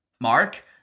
mark